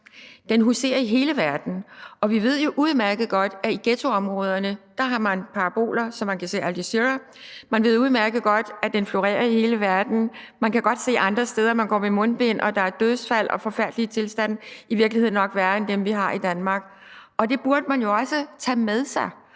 Den huserer i hele verden. Og vi ved jo udmærket godt, at i ghettoområderne har man paraboler, så man kan se Al Jazeera, og man ved udmærket godt, at den florerer i hele verden. Man kan godt se, at man går med mundbind andre steder, og at der er dødsfald og forfærdelige tilstande, i virkeligheden nok værre end dem, vi har i Danmark. Det burde man jo også tage med sig.